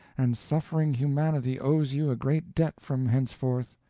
and suffering humanity owes you a great debt from henceforth,